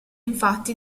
infatti